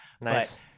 Nice